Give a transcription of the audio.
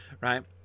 right